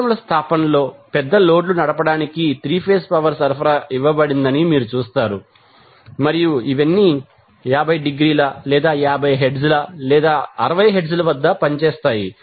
పరిశ్రమల స్థాపనలో పెద్ద లోడ్లు నడపడానికి 3 ఫేజ్ పవర్ సరఫరా ఇవ్వబడిందని మీరు చూస్తారు మరియు ఇవన్నీ 50 డిగ్రీల లేదా 50 హెర్ట్జ్ లేదా 60 హెర్ట్జ్ వద్ద పనిచేస్తాయి